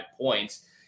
points